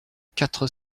quatre